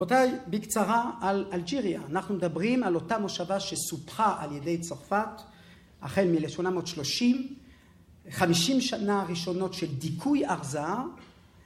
רבותי, בקצרה על אלג'יריה. אנחנו מדברים על אותה מושבה שסופחה על ידי צרפת החל מאלף שמונה מאות ושלושים. חמישים שנה הראשונות של דיכוי אכזר